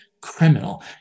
criminal